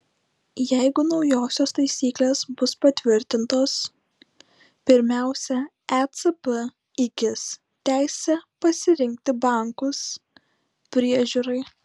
jeigu naujosios taisyklės bus patvirtintos pirmiausia ecb įgis teisę pasirinkti bankus priežiūrai